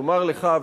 לומר לך,